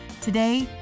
Today